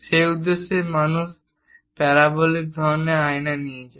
সেই উদ্দেশ্যেও মানুষ প্যারাবোলিক ধরনের আয়না নিয়ে যায়